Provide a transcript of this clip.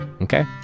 okay